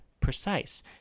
precise